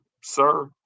sir